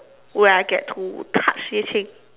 when I get to touch Yue-Qing